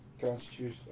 Constitution